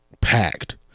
packed